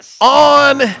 On